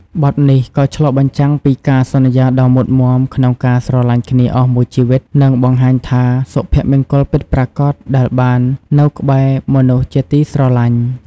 បទនេះក៏ឆ្លុះបញ្ចាំងពីការសន្យាដ៏មុតមាំក្នុងការស្រឡាញ់គ្នាអស់មួយជីវិត និងការបង្ហាញថា សុភមង្គលពិតប្រាកដដែលបាននៅក្បែរមនុស្សជាទីស្រឡាញ់។